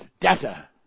data